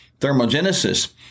thermogenesis